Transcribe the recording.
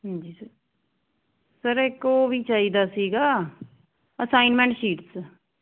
ਹਾਂਜੀ sir sir ਇੱਕ ਉਹ ਵੀ ਚਾਹੀਦਾ ਸੀਗਾ ਅਸਾਈਨਮੈਂਟ ਸ਼ੀਟਸ